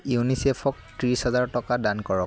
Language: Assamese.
ইউনিচেফক ত্ৰিছ হেজাৰ টকা দান কৰক